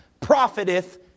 profiteth